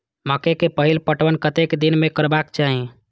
मकेय के पहिल पटवन कतेक दिन में करबाक चाही?